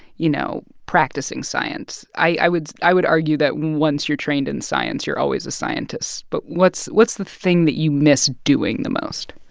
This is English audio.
you know, practicing science? i would i would argue that once you're trained in science, you're always a scientist. but what's what's the thing that you miss doing the most?